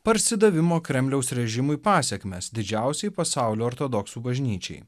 parsidavimo kremliaus režimui pasekmes didžiausiai pasaulio ortodoksų bažnyčiai